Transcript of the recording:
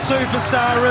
superstar